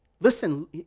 Listen